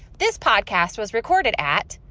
this podcast was recorded at.